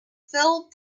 phil